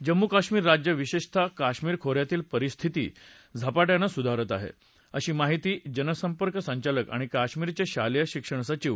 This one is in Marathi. जम्मू काश्मीर राज्य विशेषतः काश्मीर खोऱ्यातील परिस्थिती झपाट्याने सुधारत आहे असं माहिती आणि जनसंपर्क संचालक आणि काश्मीरचे शालेय शिक्षण सचिव